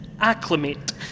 acclimate